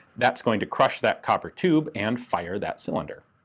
that's going to crush that copper tube and fire that cylinder.